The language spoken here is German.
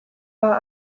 war